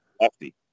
lefty